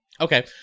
Okay